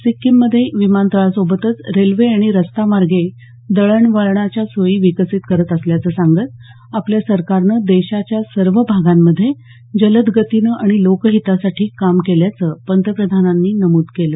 सिक्कीममध्ये विमानतळासोबतच रेल्वे आणि रस्ता मार्गे दळणवळणाच्या सोयी विकसित करत असल्याचं सांगत आपल्या सरकारनं देशाच्या सर्व भागांमध्ये जलद गतीनं आणि लोकहितासाठी काम केल्याचं पंतप्रधानांनी नमूद केलं